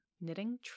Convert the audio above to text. Knitting